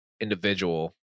individual